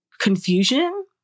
confusion